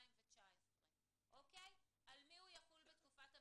2019. על מי הוא יחול בתקופת הביניים?